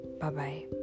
Bye-bye